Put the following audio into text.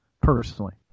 personally